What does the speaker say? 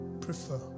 prefer